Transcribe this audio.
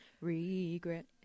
regret